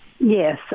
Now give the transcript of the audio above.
Yes